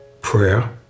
Prayer